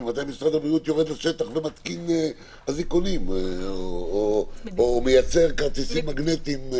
ממתי משרד הבריאות יורד לשטח ומתקין אזיקונים או מייצר כרטיסים מגנטיים.